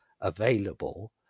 available